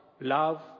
love